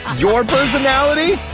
your personality!